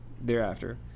thereafter